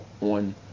on